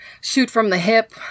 shoot-from-the-hip